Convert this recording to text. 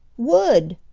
wood!